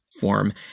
form